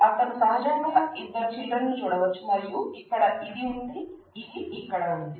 అతను సహజంగా ఇద్దరు చిల్డ్రన్స్ చూడవచ్చు మరియు ఇక్కడ ఇది ఉంది ఇది ఇక్కడ ఉంది